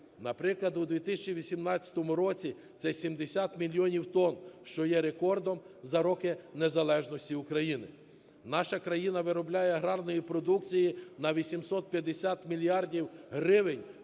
Наприклад, у 2018 році – це 70 мільйонів тонн, що є рекордом за роки незалежності України. Наша країна виробляє аграрної продукції на 850 мільярдів гривень